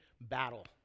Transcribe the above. battle